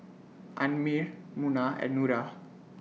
Ammir Munah and Nura